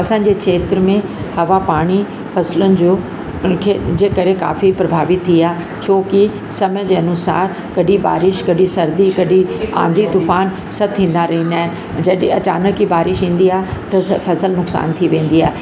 असांजे खेत्र में हवा पाणी फ़सलनि जो हुनखे जे करे काफ़ी प्रभावित थी आहे छो कि समय जे अनुसार कॾहिं बारिश कॾहिं सर्दी कॾहिं आंधी तूफान सभु थींदा रहंदा आहिनि जॾहिं अचानकि ई बारिश ईंदी आहे त स फ़सल नुक़सानु थी वेंदी आहे